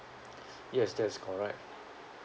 yes that is correct